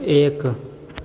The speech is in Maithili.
एक